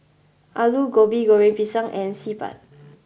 aloo gobi goreng pisang and xi ban